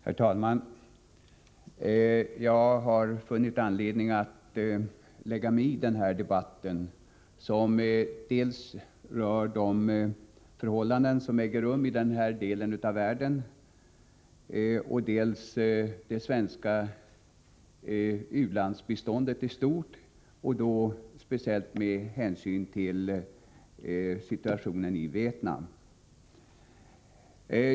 Herr talman! Jag har funnit anledning att lägga mig i denna debatt, som rör dels förhållandena i den ostasiatiska delen av världen, dels det svenska u-landsbiståndet, då speciellt med hänsyn till situationen i Vietnam.